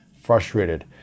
frustrated